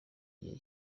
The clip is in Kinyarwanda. igihe